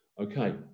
Okay